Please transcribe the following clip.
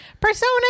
Persona